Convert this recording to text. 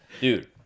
Dude